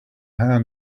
hand